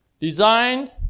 designed